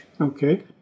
Okay